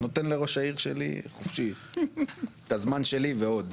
אני נותן לראש העיר שלי חופשי את הזמן שלי ועוד.